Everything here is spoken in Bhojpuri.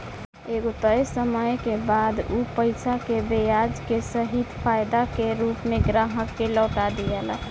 एगो तय समय के बाद उ पईसा के ब्याज के सहित फायदा के रूप में ग्राहक के लौटा दियाला